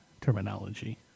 terminology